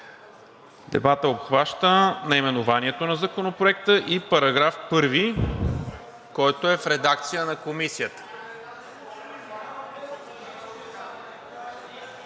Дебатът обхваща наименованието на Законопроекта и § 1, който е в редакция на Комисията.